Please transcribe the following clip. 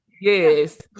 Yes